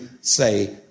say